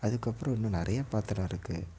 அதுக்கப்புறம் இன்னும் நிறைய பாத்திரம் இருக்குது